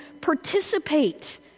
participate